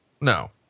no